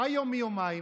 מה יום מיומיים?